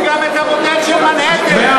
ויש גם המודל של שבדיה וגם המודל של מנהטן.